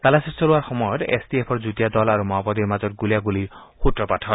তালাচী চলোৱাৰ সময়ত এছ টি এফৰ যুটীয়া দল আৰু মাওবাদীৰ মাজত গুলীয়াগুলীৰ সূত্ৰপাত হয়